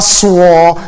swore